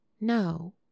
No